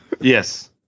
Yes